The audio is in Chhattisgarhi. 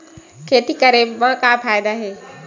खेती करे म का फ़ायदा हे?